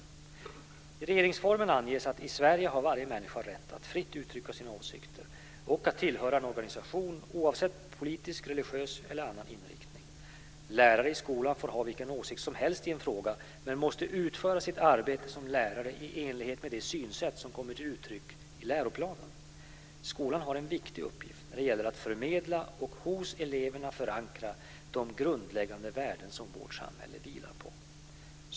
I regeringsformen anges att i Sverige har varje människa rätt att fritt uttrycka sina åsikter och att tillhöra en organisation, oavsett politisk, religiös eller annan inriktning. Lärare i skolan får ha vilken åsikt som helst i en fråga men måste utföra sitt arbete som lärare i enlighet med det synsätt som kommer till uttryck i läroplanen. Skolan har en viktig uppgift när det gäller att förmedla och hos eleverna förankra de grundläggande värden som vårt samhälle vilar på.